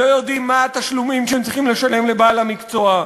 לא יודעים מה התשלומים שהם צריכים לשלם לבעל המקצוע,